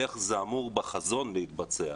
איך זה אמור בחזון להתבצע,